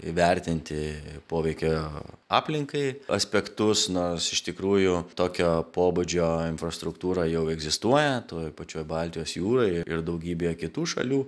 įvertinti poveikio aplinkai aspektus nors iš tikrųjų tokio pobūdžio infrastruktūrą jau egzistuoja toj pačioj baltijos jūroj ir daugybėje kitų šalių